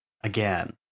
again